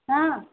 ହଁ